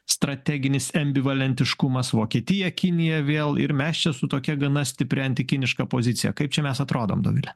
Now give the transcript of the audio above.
strateginis embivalentiškumas vokietija kinija vėl ir mes čia su tokia gana stipria anti kiniška pozicija kaip čia mes atrodom dovile